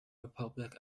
republic